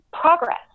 progress